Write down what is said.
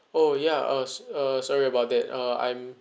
oh yeah I was uh sorry about that uh I'm